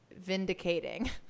vindicating